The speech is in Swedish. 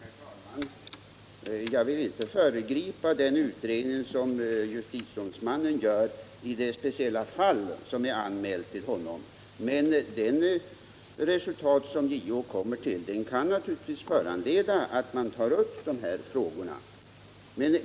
Herr talman! Jag vill inte föregripa den utredning som justitieombudsmannen gör i det speciella fall som är anmält till honom, men det resultat som JO kommer fram till kan naturligtvis leda till att man tar upp de frågor vi här diskuterar.